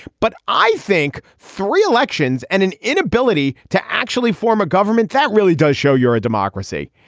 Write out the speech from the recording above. but i think three elections and an inability to actually form a government that really does show you're a democracy.